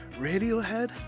Radiohead